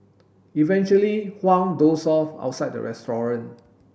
eventually Huang dozed off outside the restaurant